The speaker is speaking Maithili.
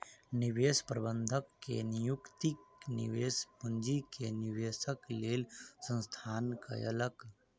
निवेश प्रबंधक के नियुक्ति निवेश पूंजी के निवेशक लेल संस्थान कयलक